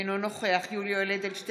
אינו נוכח יולי יואל אדלשטיין,